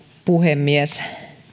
puhemies